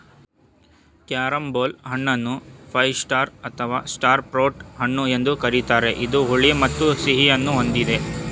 carambola ಹಣ್ಣನ್ನು five star ಅಥವಾ star fruit ಹಣ್ಣು ಎಂದು ಕರಿತಾರೆ ಇದು ಹುಳಿ ಮತ್ತು ಸಿಹಿಯನ್ನು ಹೊಂದಿದೆ